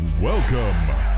Welcome